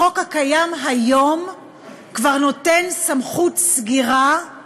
החוק הקיים היום כבר נותן סמכות סגירה של